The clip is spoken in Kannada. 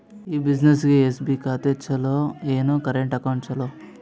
ಈ ಬ್ಯುಸಿನೆಸ್ಗೆ ಎಸ್.ಬಿ ಖಾತ ಚಲೋ ಏನು, ಕರೆಂಟ್ ಅಕೌಂಟ್ ಚಲೋ?